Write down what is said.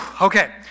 Okay